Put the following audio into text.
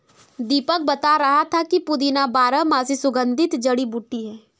दीपक बता रहा था कि पुदीना बारहमासी सुगंधित जड़ी बूटी है